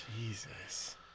Jesus